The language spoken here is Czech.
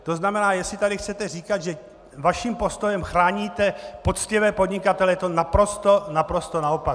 To znamená, jestli tady chcete říkat, že vaším postojem chráníte poctivé podnikatele, je to naprosto naopak.